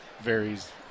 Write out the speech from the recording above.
varies